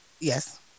yes